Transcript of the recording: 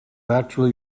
actually